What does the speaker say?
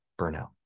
burnout